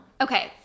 Okay